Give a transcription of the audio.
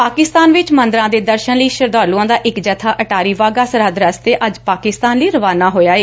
ਪਾਕਿਸਤਾਨ ਵਿਚ ਮੰਦਰਾਂ ਦੇ ਦਰਸ਼ਨ ਲਈ ਸ਼ਰਧਾਲੁਆਂ ਦਾ ਇਕ ਜੱਥਾ ਅਟਾਰੀ ਵਾਹਘਾ ਸਰਹੱਦ ਰਸਤੇ ਅੱਜ ਪਾਕਿਸਤਾਨ ਲਈ ਰਵਾਨਾ ਹੋਇਆ ਏ